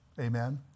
Amen